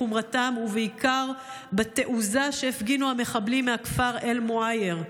בחומרתם ובעיקר בתעוזה שהפגינו המחבלים מהכפר אל-מוע'ייר.